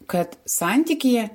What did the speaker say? kad santykyje